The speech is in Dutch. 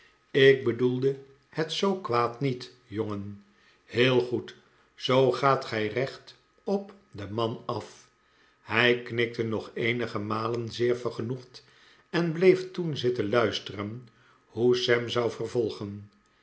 ik bedoelde het zoo kwaad niet jongen heel goed zoo gaat gij recht op den man af hij knikte nog eenige malen zeer vergenoegd en bleef toen zitten luisteren hoe sam zou vervolgen